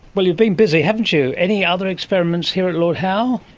well, you've been busy, haven't you! any other experiments here at lord howe?